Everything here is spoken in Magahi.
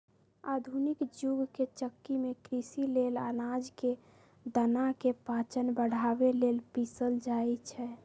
आधुनिक जुग के चक्की में कृषि लेल अनाज के दना के पाचन बढ़ाबे लेल पिसल जाई छै